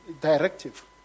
directive